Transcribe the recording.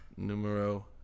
Numero